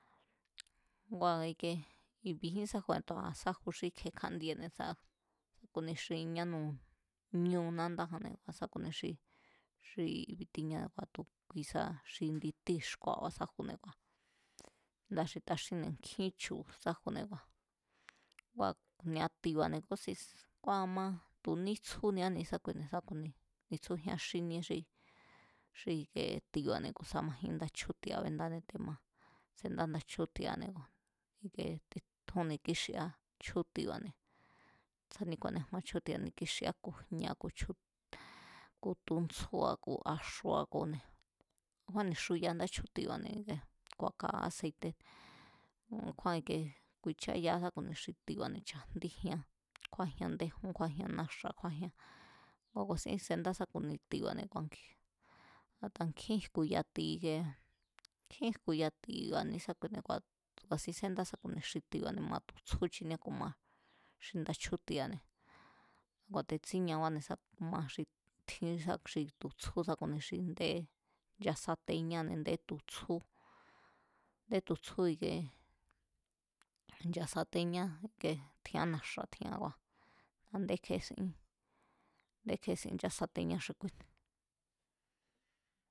Ngua̱ i̱bi̱jín sáju tu̱a sáju xi íkje̱e kjándiene̱ sá ku̱ni xi ñánúu̱ ñu nándájanée̱, sá ku̱ni xi tiña ngua̱ tu̱ kuisa xi indi tíi̱ xku̱a̱ba̱ sájune̱, ndáa̱ xi taxínne̱ nkjín chu̱ sajune̱ ngua̱, ngua̱ ni̱a tibane̱ kúsin sés, kua̱ ma tu̱ nítsjúnia ne̱esákuine̱ sa ku̱ ni ni̱tsjújián xíníé xi ti̱ba̱ne̱ ku̱ sá majín ndá xíjña̱ra̱ béndáané te̱ ma sendá nda chjúti̱a̱ne̱. Ike titjún ni̱kíxia chjúti̱ba̱ne̱ tsjání ku̱a̱néjuan chjútiba̱ne̱ ni̱kíxia ku̱ na̱a̱ ku̱ chju̱t ku̱ tuntsjúa̱ ku̱ axu̱a̱ ku̱ne̱ a̱kjúán ni̱xuyaa ndáchjúti̱ba̱ne̱ ku̱a̱kaá aseite̱ a̱kjúán ike ku̱i̱chayaá sá ku̱ni xi tiba̱ne̱ cha̱jndíjián kjúajian déjún kjájian kjúájian náxa̱kjúajián kua̱ ku̱a̱sín sendá sá ku̱ni xi ti̱ba̱ne̱, a̱ta nkjín jku̱ya̱ ti̱ ikee nkjín jku̱ya ti̱ba̱ ni̱ísákuine̱ ku̱a̱sín sendá sá ku̱ni xi ti̱ba̱ ma tu̱ tsjú chinieá ku̱ ma xi ndachjútiane̱, kua̱ te̱ tsíñabáne̱ ma xi tjín ku̱ni xi tu̱ tsjú sá ku̱ni xi nde nchasateñáne̱ a̱ndé tu̱ tsjú, ndé tu̱ tsjú ikie nchasateñá tjián na̱xa̱ tjian kua̱ a̱ndé kje̱esin a̱ndé kje̱ésin nchásateñá xi kuine̱.